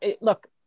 look